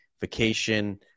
vacation